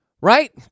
right